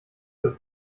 füße